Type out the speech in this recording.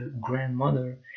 grandmother